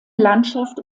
landschaft